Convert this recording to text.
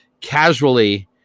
casually